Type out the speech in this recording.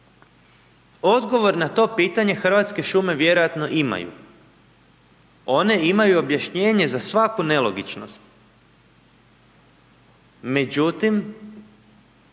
Odgovor na to pitanje Hrvatske šume vjerojatno imaju, one imaju objašnjenje za svaku nelogičnost, međutim